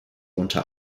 unter